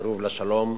סירוב לשלום.